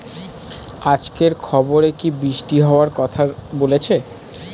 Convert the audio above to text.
আজকের খবরে কি বৃষ্টি হওয়ায় কথা বলেছে?